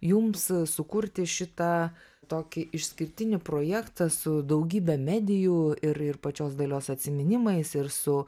jums sukurti šitą tokį išskirtinį projektą su daugybe medijų ir ir pačios dalios atsiminimais ir su